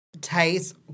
Taste